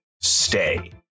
stay